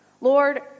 Lord